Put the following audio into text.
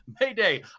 Mayday